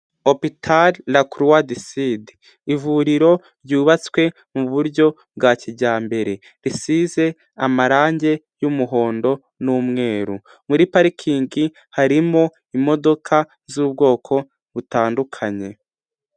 Hopital la Croix du Sud, ivuriro ryubatswe mu buryo bwa kijyambere, risize amarangi y'umuhondo n'umweru. Muri parikingi harimo imodoka z'ubwoko butandukanye.